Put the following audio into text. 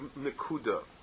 nekuda